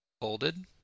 folded